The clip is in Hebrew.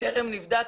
'טרם נבדק'.